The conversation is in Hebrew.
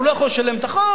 והוא לא יכול לשלם את החוב,